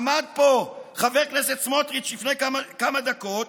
עמד פה חבר הכנסת סמוטריץ' לפני כמה דקות,